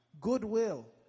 Goodwill